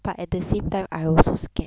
but at the same time I also scared